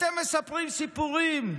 ואתם מספרים סיפורים.